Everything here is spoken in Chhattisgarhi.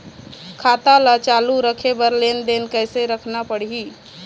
खाता ला चालू रखे बर लेनदेन कैसे रखना पड़ही?